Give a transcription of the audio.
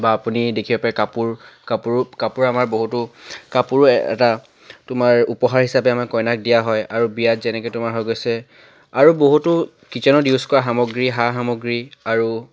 বা আপুনি দেখিব পাৰে কাপোৰ কাপোৰো কাপোৰ আমাৰ বহুতো কাপোৰ এটা তোমাৰ উপহাৰ হিচাপে আমাৰ কইনাক দিয়া হয় আৰু বিয়াত যেনেকৈ তোমাৰ হৈ গৈছে আৰু বহুতো কিটচেনত ইউজ কৰা সামগ্ৰী সা সামগ্ৰী আৰু